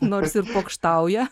nors ir pokštauja